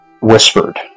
Whispered